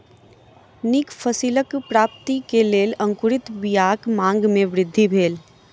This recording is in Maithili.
नीक फसिलक प्राप्ति के लेल अंकुरित बीयाक मांग में वृद्धि भेल